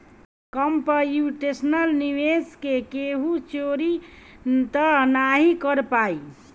computational निवेश से केहू चोरी तअ नाही कर पाई